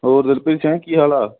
ਹੋਰ ਦਿਲਪ੍ਰੀਤ ਸਿੰਘ ਕੀ ਹਾਲ ਆ